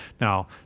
Now